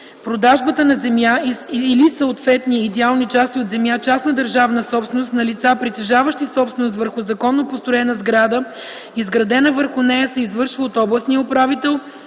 продажбата на земя или съответни идеални части от земя – частна държавна собственост, на лица, притежаващи собственост върху законно построена сграда, изградена върху нея, се извършва от областния управител